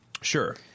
Sure